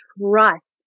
trust